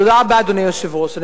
תודה רבה, אדוני היושב-ראש.